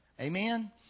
Amen